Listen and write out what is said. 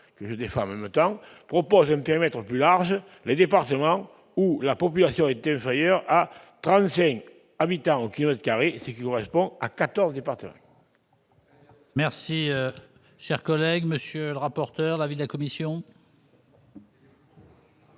que je défends même temps proposé ne permettant plus large les départements où la population était ailleurs, à 35 habitants au kilomètre carré, c'est qu'nous reste bon à 14 départements. Merci, chers collègues, monsieur le rapporteur, l'avis de la commission.